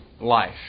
life